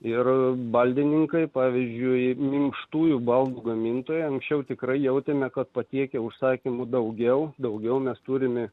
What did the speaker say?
ir baldininkai pavyzdžiui minkštųjų baldų gamintojai anksčiau tikrai jautėme kad patiekia užsakymų daugiau daugiau mes turime